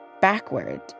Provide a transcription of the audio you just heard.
backward